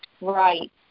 Right